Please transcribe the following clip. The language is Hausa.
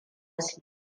su